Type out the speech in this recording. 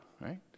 right